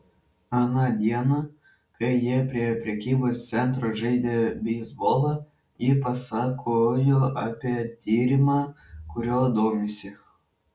aną dieną kai jie prie prekybos centro žaidė beisbolą ji pasakojo apie tyrimą kuriuo domisi